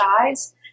eyes